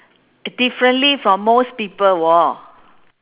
d~ differently from most people [wor]